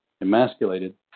emasculated